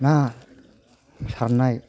ना सारनाय